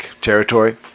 territory